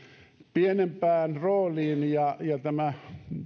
pienempään rooliin ja ja nämä